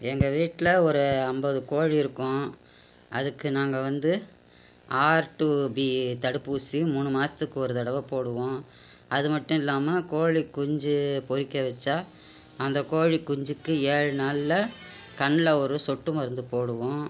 எங்கள் வீட்டில் ஒரு ஐம்பது கோழி இருக்கும் அதுக்கு நாங்கள் வந்து ஆர் டு பி தடுப்பூசி மூணு மாதத்துக்கு ஒரு தடவை போடுவோம் அது மட்டும் இல்லாமல் கோழி குஞ்சு பொறிக்க வச்சால் அந்த கோழி குஞ்சுக்கு அதுக்கு ஏழு நாளில் கண்ணில் ஒரு சொட்டு மருந்து போடுவோம்